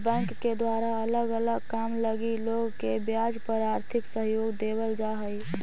bank के द्वारा अलग अलग काम लगी लोग के ब्याज पर आर्थिक सहयोग देवल जा हई